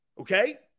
Okay